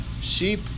sheep